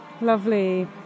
lovely